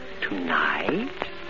tonight